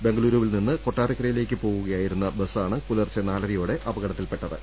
ബംഗളൂരുവിൽ നിന്ന് കൊട്ടാരക്കരയിലേക്ക് പോകുകയായിരുന്ന ബസാണ് പുലർച്ചെ നാലരയോടെ അപകടത്തിൽ പെട്ടത്